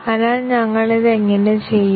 അതിനാൽ ഞങ്ങൾ ഇത് എങ്ങനെ ചെയ്യും